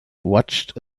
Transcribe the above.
watched